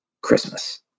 Christmas